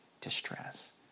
distress